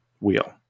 wheel